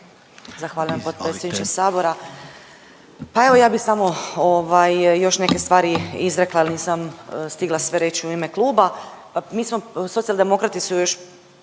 Zahvaljujem potpredsjedniče sabora. Pa evo ja bih samo ovaj još neke stvari izrekla jer nisam stigla sve reći u ime Kluba. Mi smo, Socijaldemokrati su još